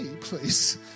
please